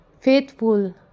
Faithful